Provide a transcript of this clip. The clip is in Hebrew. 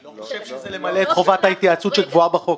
אני לא חושב שזה למלא את חובת ההתייעצות שקבועה בחוק.